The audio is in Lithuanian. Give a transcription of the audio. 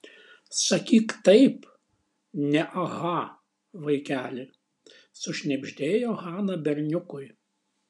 sakyk taip ne aha vaikeli sušnibždėjo hana berniukui